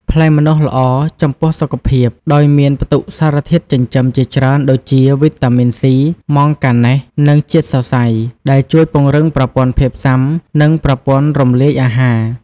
ផ្លែម្នាស់ល្អចំពោះសុខភាពដោយមានផ្ទុកសារធាតុចិញ្ចឹមជាច្រើនដូចជា វីតាមីនសុី ម៉ង់កាណែស និងជាតិសរសៃ ដែលជួយពង្រឹងប្រព័ន្ធភាពស៊ាំ និងប្រព័ន្ធរំលាយអាហារ។